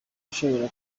ushobora